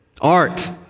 Art